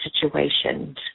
situations